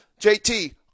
JT